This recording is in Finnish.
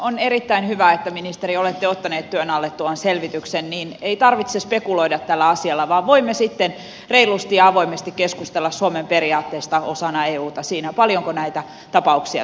on erittäin hyvä ministeri että olette ottanut työn alle tuon selvityksen niin että ei tarvitse spekuloida tällä asialla vaan voimme sitten reilusti ja avoimesti keskustella suomen periaatteista osana euta siinä paljonko näitä tapauksia todella on